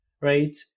right